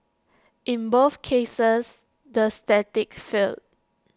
in both cases the static failed